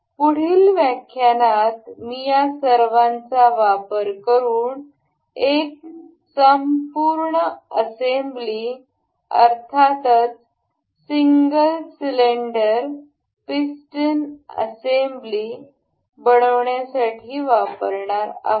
पुढील व्याख्यानात मी या सर्वचा वापर करून एक संपूर्ण असेंब्ली अर्थातच सिंगल सिलिंडर पिस्टन असेंब्ली बनवण्यासाठी वापरणार आहोत